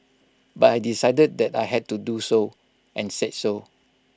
but I decided that I had to do so and said so